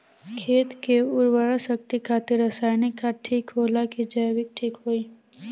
खेत के उरवरा शक्ति खातिर रसायानिक खाद ठीक होला कि जैविक़ ठीक होई?